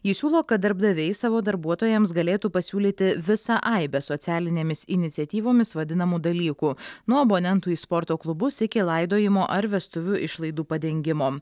jis siūlo kad darbdaviai savo darbuotojams galėtų pasiūlyti visą aibę socialinėmis iniciatyvomis vadinamų dalykų nuo abonentų į sporto klubus iki laidojimo ar vestuvių išlaidų padengimo